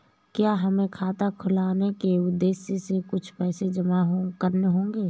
क्या हमें खाता खुलवाने के उद्देश्य से कुछ पैसे जमा करने होंगे?